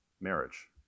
marriage